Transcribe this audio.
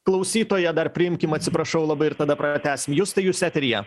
klausytoją dar priimkim atsiprašau labai ir tada pratęsim justai jūs eteryje